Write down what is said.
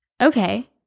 Okay